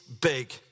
big